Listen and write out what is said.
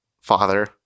father